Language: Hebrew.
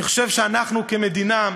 אני חושב שאנחנו כמדינה,